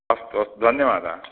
अस्तु अस्तु धन्यवादः